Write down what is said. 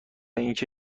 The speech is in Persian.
اینکه